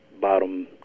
bottom